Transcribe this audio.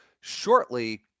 shortly